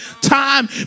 time